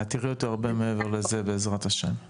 את תראי אותו עוד הרבה מעבר לזה בעזרת השם.